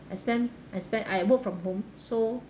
I spend I spend I work from home so